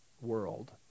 world